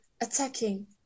attacking